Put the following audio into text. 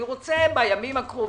אני רוצה בימים בקרובים,